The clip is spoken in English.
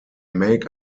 make